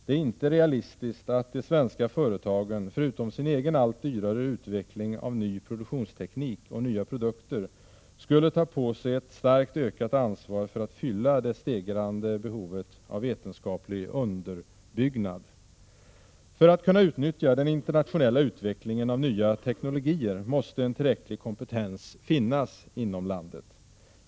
Det är inte realistiskt att de svenska företagen förutom sin egen allt dyrare utveckling av ny produktionsteknik och nya produkter också skulle ta på sig ett starkt ökat ansvar för att fylla det stegrade behovet av vetenskaplig underbyggnad. För att man skall kunna utnyttja den internationella utvecklingen av nya teknologier måste en tillräcklig kompetens finnas inom landet.